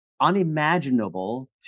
unimaginable